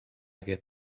get